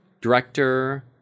Director